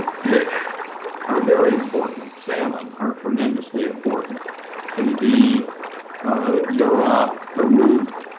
fish are very important. salmon are tremendously important to the yurok, karuk,